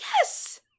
Yes